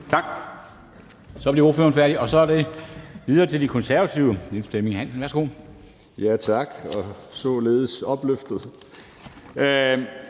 Tak. Så var ordføreren færdig, og så er det videre til De Konservative.